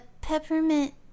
peppermint